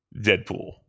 Deadpool